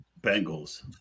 Bengals